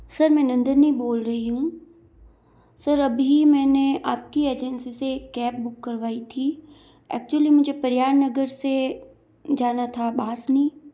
sir मैं नंदनी बोल रही हूँ सर अभी मैंने आप की एजेंसी से एक कैब बुक करवाई थी एक्चुअली मुझे प्रिया नगर से जाना था बासनी